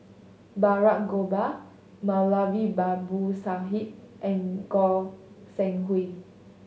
Balraj Gopal Moulavi Babu Sahib and Goi Seng Hui